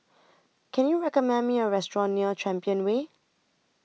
Can YOU recommend Me A Restaurant near Champion Way